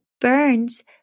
burns